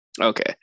Okay